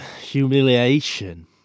humiliation